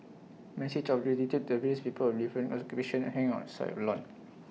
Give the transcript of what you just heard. messages of gratitude to various people different occupations hang on side of lawn